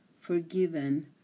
forgiven